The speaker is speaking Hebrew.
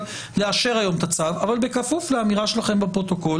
לאשר היום את הצו אבל בכפוף לאמירה שלכם בפרוטוקול